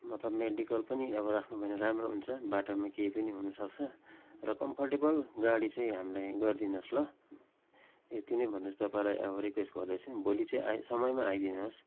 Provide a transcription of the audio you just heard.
मतलब मेडिकल पनि अब राख्नु भयो भने राम्रो हुन्छ बाटोमा केही पनि हुनसक्छ र कम्फोर्टेबल गाडी चाहिँ हामीलाई गरिदिनुहोस् ल यति नै भन्दछु तपाईँलाई अब रिक्वेस्ट गर्दैछु भोलि चाहिँ आइ समयमा आइदिनुहोस्